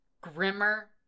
Grimmer